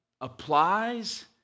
applies